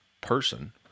person